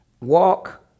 Walk